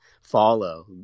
follow